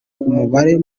umubare